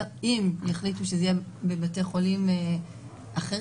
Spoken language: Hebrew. אם יחליטו שזה יהיה בבתי חולים אחרים,